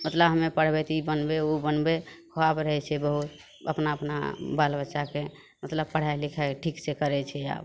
मतलब हमे पढ़बेती ई बनबै उ बनबै खुआब रहै छै बहुत अपना अपना बाल बच्चाके मतलब पढ़ाइ लिखाइ ठीक से करै छै आब